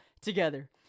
together